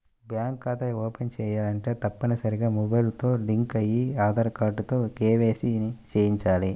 bank ఖాతా open చేయాలంటే తప్పనిసరిగా మొబైల్ తో లింక్ అయిన ఆధార్ కార్డుతో కేవైసీ ని చేయించాలి